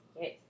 Yes